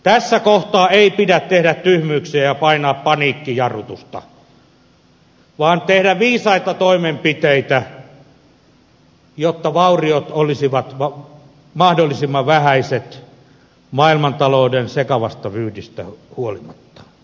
tässä kohtaa ei pidä tehdä tyhmyyksiä ja painaa paniikkijarrutusta vaan pitää tehdä viisaita toimenpiteitä jotta vauriot olisivat mahdollisimman vähäiset maailmantalouden sekavasta vyyhdistä huolimatta